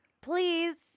please